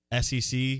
SEC –